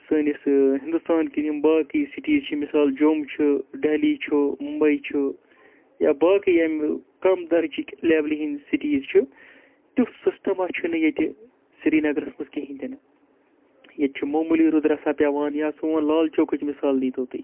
سٲنِس ہِندوستانکٮ۪ن یِم باقٕے سِٹیٖز چھِ مِثال جوٚم چھُ ڈہلی چھُ مُمبے چھُ یا باقٕے اَمہِ کَم دَرجِکۍ لٮ۪ولہِ ہِنٛدۍ سِٹیٖز چھِ تیُتھ سِسٹَما چھُنہٕ ییٚتہِ سرینَگرَس منٛز کِہیٖنۍ تہِ نہٕ ییٚتہِ چھُ موموٗلی رُدٕ رژھا پٮ۪وان یا سون لال چوکٕچ مِثال نیٖتو تُہۍ